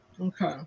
Okay